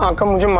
um comes um